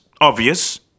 obvious